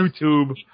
YouTube